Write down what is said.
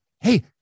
Hey